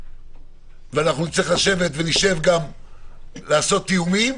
ונצטרך לשבת, ונשב גם לעשות תיאומים.